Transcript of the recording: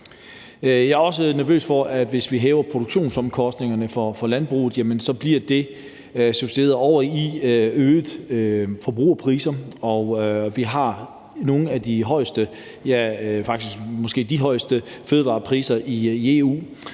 Jeg er også nervøs for, at hvis vi hæver produktionsomkostningerne for landbruget, så bliver det væltet over på øgede forbrugerpriser. Vi har nogle af de højeste eller måske